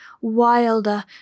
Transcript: wilder